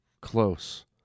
close